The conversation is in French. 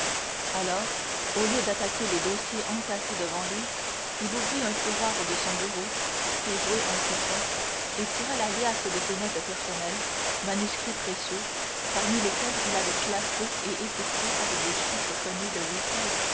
alors au lieu d'attaquer les dossiers entassés devant lui il ouvrit un tiroir de son bureau fit jouer un secret et tira la liasse de ses notes personnelles manuscrits précieux parmi lesquels il avait classé et étiqueté avec des chiffres connus de lui seul